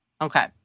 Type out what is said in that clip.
okay